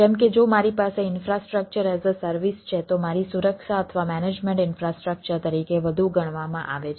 જેમ કે જો મારી પાસે ઇન્ફ્રાસ્ટ્રક્ચર એઝ અ સર્વિસ છે તો મારી સુરક્ષા અથવા મેનેજમેન્ટ ઇન્ફ્રાસ્ટ્રક્ચર તરીકે વધુ ગણવામાં આવે છે